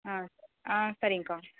ஆ ஆ சரிங்கக்கா